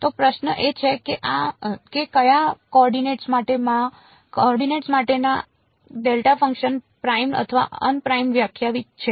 તો પ્રશ્ન એ છે કે કયા કોઓર્ડિનેટ્સ માટે આ ડેલ્ટા ફંક્શન પ્રાઇમ્ડ અથવા અન પ્રાઇમ્ડ વ્યાખ્યાયિત છે